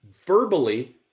verbally